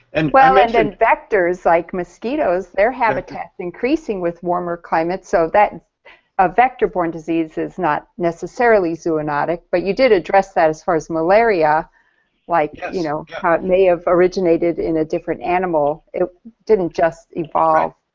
and well, um and infectors like mosquitoes, their habitat is increasing with warmer climates so that infector born disease is not necessarily zoonotic but you did address that as far as malaria like you know how it may have originated in a different animal. it didn't just evolve.